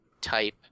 type